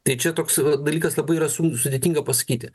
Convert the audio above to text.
tai čia toks dalykas labai yra su sudėtinga pasakyti